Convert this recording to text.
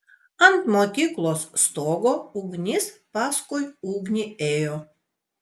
ant mokyklos stogo ugnis paskui ugnį ėjo